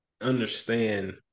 understand